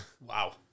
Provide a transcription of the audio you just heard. Wow